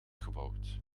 gebouwd